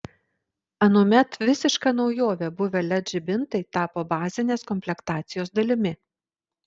anuomet visiška naujove buvę led žibintai tapo bazinės komplektacijos dalimi